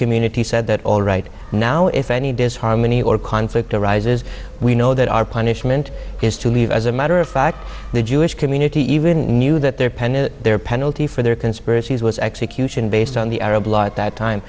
community said that all right now if any disharmony or conflict arises we know that our punishment is to leave as a matter of fact the jewish community even knew that there pending their penalty for their conspiracies was execution based on the arab law at that time